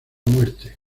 muerte